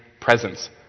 presence